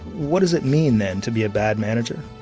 what does it mean then to be a bad manager?